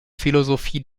philosophie